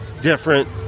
different